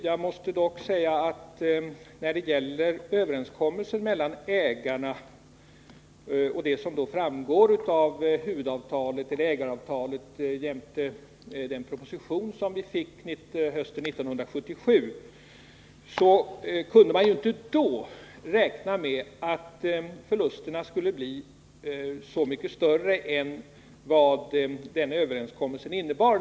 Jag måste dock när det gäller överenskommelsen mellan ägarna och vad som framgår av ägaravtalet jämte den proposition som vi fick hösten 1977 säga att man ju då inte kunde räkna med att förlusterna skulle bli så mycket större än vad den överenskommelsen innebar.